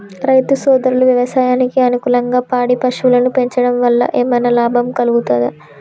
రైతు సోదరులు వ్యవసాయానికి అనుకూలంగా పాడి పశువులను పెంచడం వల్ల ఏమన్నా లాభం కలుగుతదా?